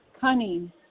cunning